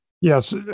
Yes